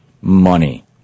money